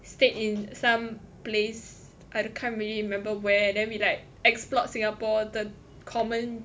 stayed in some place I can't really remember where then we like explored Singapore the common